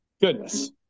goodness